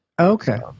Okay